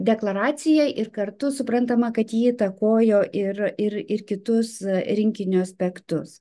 deklaracija ir kartu suprantama kad ji įtakojo ir ir ir kitus rinkinio aspektus